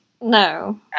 No